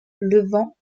levant